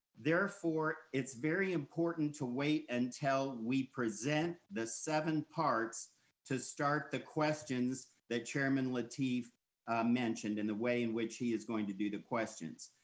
therefore, it's very important to wait until we present the seven parts to start the questions that chairman lateef mentioned in the way in which he is going to do the questions.